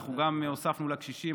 אנחנו גם הוספנו לקשישים,